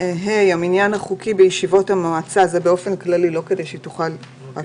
"המניין החוקי בישיבות המועצה" זה באופן כללי לא כדי שהיא תוכל רק